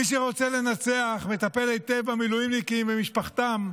מי שרוצה לנצח מטפל היטב במילואימניקים ובמשפחתם,